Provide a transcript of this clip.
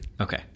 Okay